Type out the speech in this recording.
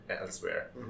elsewhere